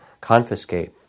confiscate